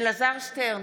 אלעזר שטרן,